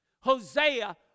Hosea